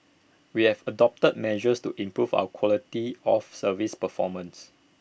we have adopted measures to improve our quality of service performance